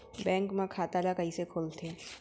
Bank म खाता ल कइसे खोलथे?